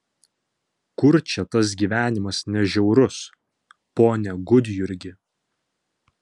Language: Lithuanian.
kur čia tas gyvenimas ne žiaurus pone gudjurgi